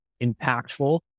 impactful